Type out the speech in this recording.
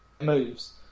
moves